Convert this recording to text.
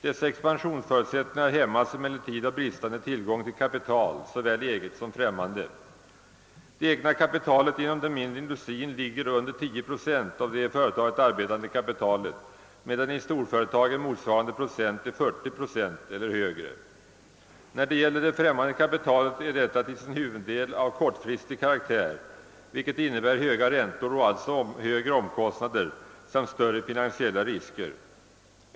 Dessa expansionsförutsättningar hämmas emellertid av bristande tillgång på kapital, såväl eget som främmande. Det egna kapitalet inom den mindre industrin ligger under 10 procent av det i företaget arbetande kapitalet, medan i storföretagen motsvarande andel ligger vid 40 procent eller högre. När det gäller det främmande kapitalet är detta till sin huvuddel av kortfristig karaktär, vilket innebär höga räntor och alltså högre omkostnader samt större finansiella risker.